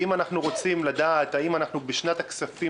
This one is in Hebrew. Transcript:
אם אנחנו רוצים לדעת האם אנחנו בשנת הכספים